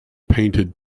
painted